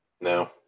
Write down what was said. No